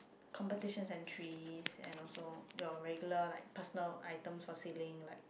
competition and treats and also your regular like personal items for celling like